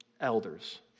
Elders